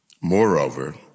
Moreover